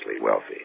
wealthy